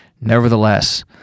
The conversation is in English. Nevertheless